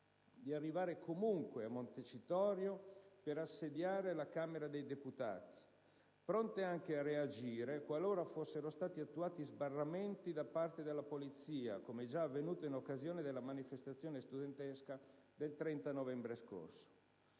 di arrivare comunque a Montecitorio per assediare la Camera dei deputati, pronte anche a reagire, qualora fossero stati attuati sbarramenti da parte della Polizia, come già avvenuto in occasione della manifestazione studentesca del 30 novembre scorso.